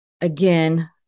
Again